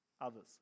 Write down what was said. others